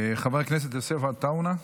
חבר הכנסת יוסף עטאונה.